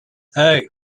hey